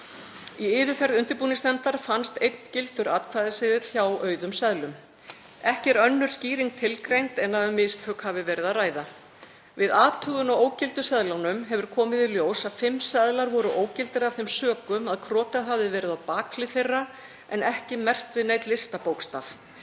Í yfirferð undirbúningsnefndar fannst einn gildur atkvæðaseðill hjá auðum seðlum. Ekki er önnur skýring tilgreind en að um mistök hafi verið að ræða. Við athugun á ógildu seðlunum hefur komið í ljós að fimm seðlar voru ógildir af þeim sökum að krotað hafði verið á bakhlið þeirra en ekki merkt við neinn listabókstaf